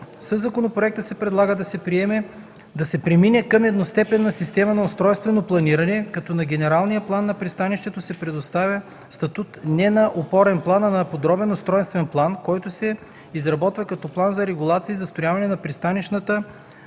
Със законопроекта се предлага да се премине към едностепенна система на устройствено планиране, като на генералния план на пристанището се предоставя статут не на опорен план, а на подробен устройствен план, който се изработва като план за регулация и застрояване за пристанищната